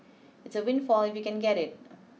it's a windfall if you can get it